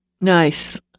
Nice